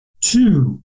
Two